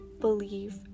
believe